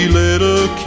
little